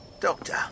Doctor